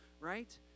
right